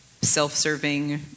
self-serving